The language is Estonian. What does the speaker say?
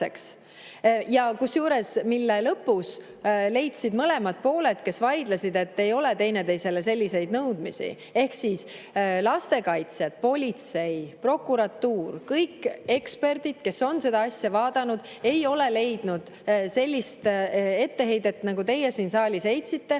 Kusjuures, selle lõpus leidsid mõlemad pooled, kes vaidlesid, et neil ei ole teineteisele selliseid nõudmisi. Ehk siis lastekaitse, politsei, prokuratuur, kõik eksperdid, kes on seda asja vaadanud, ei ole leidnud sellist etteheidet, nagu teie siin saalis [tegite],